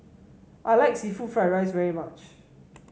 I like seafood Fried Rice very much